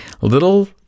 little